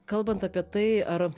kalbant apie tai ar